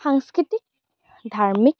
সাংস্কৃতিক ধাৰ্মিক